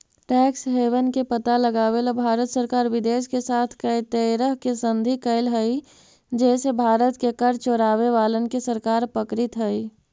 tax haven के पता लगावेला भारत सरकार विदेश के साथ कै तरह के संधि कैले हई जे से भारत के कर चोरावे वालन के सरकार पकड़ित हई